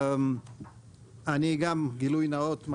גילוי נאות,